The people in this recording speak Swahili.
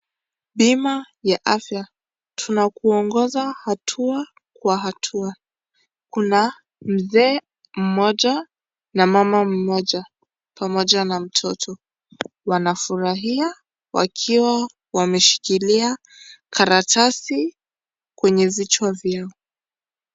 Bima ya afya tunakuongoza hatua kwa hatua kuna mzee mmoja pamoja na mama mmoja pamoja na mtoto wanafurahia wameshikilia karatasi kwenye vichwa vyao.